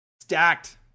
Stacked